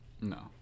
No